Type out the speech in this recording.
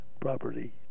property